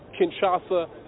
Kinshasa